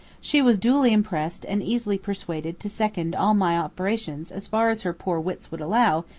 she was duly impressed and easily persuaded to second all my operations as far as her poor wits would allow,